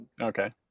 Okay